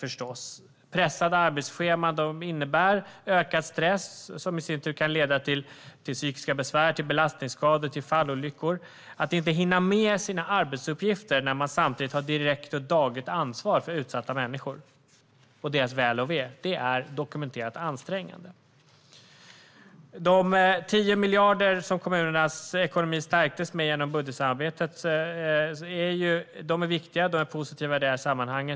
Pressade arbetsscheman innebär ökad stress, som i sin tur kan leda till psykiska besvär, belastningsskador, fallolyckor och att man inte hinner med sina arbetsuppgifter när man samtidigt har direkt och dagligt ansvar för utsatta människor och deras väl och ve. Det är dokumenterat ansträngande. De 10 miljarder som kommunernas ekonomi stärktes med genom budgetsamarbetet är viktiga och positiva i detta sammanhang.